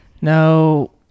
No